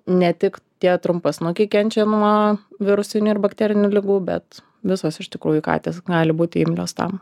ne tik tie trumpasnukį kenčia nuo virusinių bakterinių ligų bet visos iš tikrųjų katės gali būti imlios tam